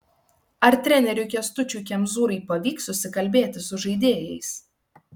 ar treneriui kęstučiui kemzūrai pavyks susikalbėti su žaidėjais